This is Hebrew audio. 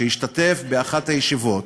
שהשתתף באחת הישיבות,